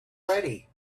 ready